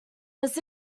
this